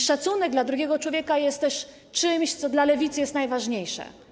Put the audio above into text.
Szacunek dla drugiego człowieka jest też czymś, co dla Lewicy jest najważniejsze.